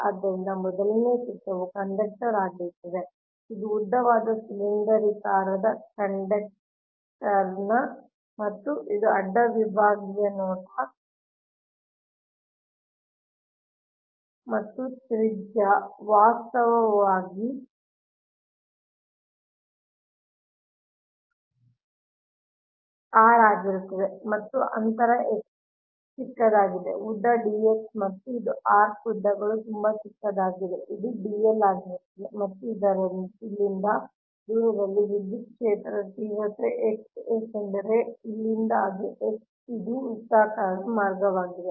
ಆದ್ದರಿಂದ ಮೊದಲನೇ ಚಿತ್ರವು ಕಂಡಕ್ಟರ್ ಆಗಿರುತ್ತದೆ ಇದು ಉದ್ದವಾದ ಸಿಲಿಂಡರಾಕಾರದ ಕಂಡಕ್ಟರ್ರ್ ಮತ್ತು ಇದು ಅಡ್ಡ ವಿಭಾಗೀಯ ನೋಟ ಮತ್ತು ಇದರ ತ್ರಿಜ್ಯವು ವಾಸ್ತವವಾಗಿ R ಆಗಿರುತ್ತದೆ ಮತ್ತು ಅಂತರ x ಚಿಕ್ಕದಾಗಿದೆ ಸಮಯ ನೋಡಿ 1222 ಉದ್ದ d x ಮತ್ತು ಇದು ಆರ್ಕ್ ಉದ್ದಗಳು ತುಂಬಾ ಚಿಕ್ಕದಾಗಿದೆ ಇದು dl ಆಗಿರುತ್ತದೆ ಮತ್ತು ಇಲ್ಲಿಂದ ದೂರದಲ್ಲಿ ವಿದ್ಯುತ್ ಕ್ಷೇತ್ರದ ತೀವ್ರತೆ x ಏಕೆಂದರೆ ಇಲ್ಲಿಂದ ಅದು x ಇದು ವೃತ್ತಾಕಾರದ ಮಾರ್ಗವಾಗಿದೆ